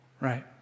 right